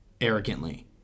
arrogantly